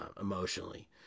emotionally